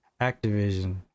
Activision